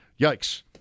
Yikes